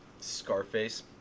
Scarface